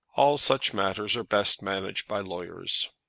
all such matters are best managed by lawyers.